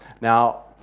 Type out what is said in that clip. Now